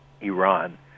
Iran